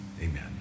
Amen